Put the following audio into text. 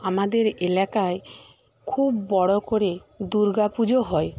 আমাদের এলাকায় খুব বড়ো করে দুর্গা পুজো হয়